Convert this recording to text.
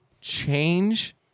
change